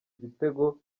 igitego